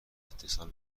اتصال